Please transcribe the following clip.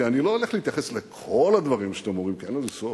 כי אני לא הולך להתייחס לכל הדברים שאתם אומרים כי אין לזה סוף,